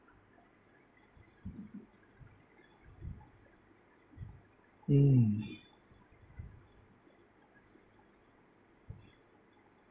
mm